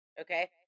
Okay